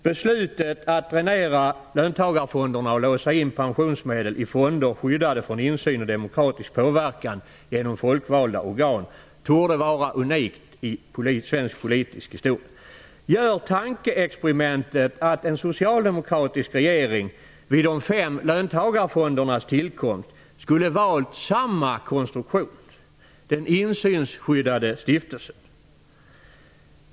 Beslutet att dränera löntagarfonderna och låsa in pensionsmedel i fonder skyddade från insyn och demokratisk påverkan genom folkvalda organ torde vara unikt i svensk politisk historia. Gör det tankeexperimentet att den socialdemokratiska regeringen vid de fem löntagarfondernas tillkomst skulle ha valt samma konstruktion, den insynsskyddade stiftelsen!